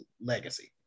legacy